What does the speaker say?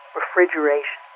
refrigeration